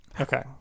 Okay